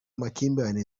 makimbirane